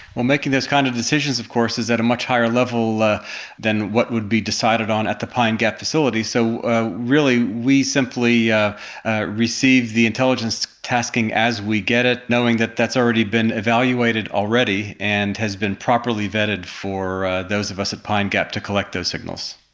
well, making those kind of decisions of course is at a much higher level than what would be decided on at the pine gap facility, so really we simply yeah receive the intelligence tasking as we get it, knowing that that's already been evaluated already and has been properly vetted for those of us at pine gap to collect those signals.